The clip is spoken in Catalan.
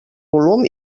volum